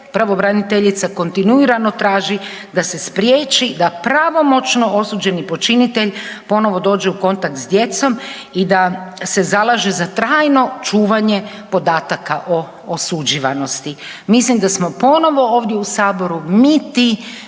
pravobraniteljica kontinuirano traži da se spriječi da pravomoćno osuđeni počinitelj ponovno dođe u kontakt s djecom i da se zalaže za trajno čuvanje podataka o osuđivanosti. Mislim da smo ponovno ovdje u Saboru mi ti